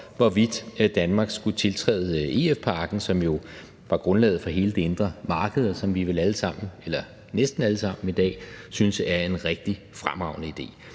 hvorvidt Danmark skulle tiltræde EF-pakken, som jo var grundlaget for hele det indre marked, og som vi vel alle sammen eller næsten alle sammen i dag synes er en rigtig fremragende idé.